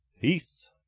Peace